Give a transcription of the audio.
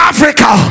Africa